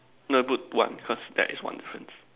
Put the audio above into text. no you put one because that's one difference